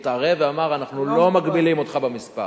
ואמר: אנחנו לא מגבילים אותך במספר.